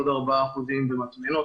עוד 4% במטמנות,